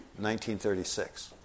1936